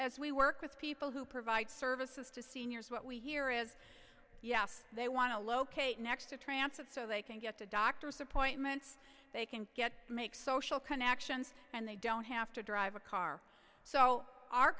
as we work with people who provide services to seniors what we hear is yes they want to locate next to translate so they can get to doctors appointments they can get make social connections and they don't have to drive a car so our